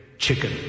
Chicken